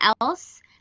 else